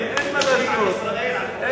אין מה להשוות, ישראל, על חוקי ישראל.